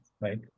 right